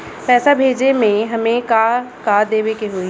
पैसा भेजे में हमे का का देवे के होई?